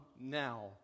now